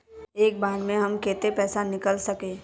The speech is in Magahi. एक बार में हम केते पैसा निकल सके?